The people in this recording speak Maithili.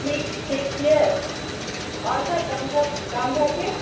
ठीक ठीक छियै आओर सभ गाम घरके